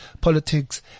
politics